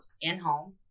in-home